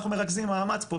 אנחנו מרכזים מאמץ פה,